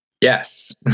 Yes